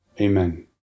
Amen